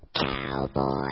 Cowboy